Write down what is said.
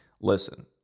listen